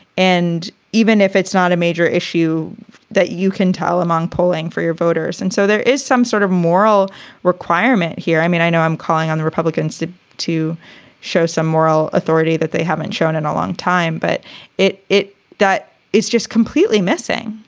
and even if it's not a major issue that you can tell them among pulling for your voters. and so there is some sort of moral requirement here. i mean, i know i'm calling on the republicans to to show some moral authority that they haven't shown in a long time. but it it that it's just completely missing,